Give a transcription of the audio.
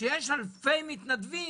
כשיש אלפי מתנדבים.